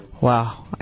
Wow